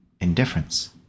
indifference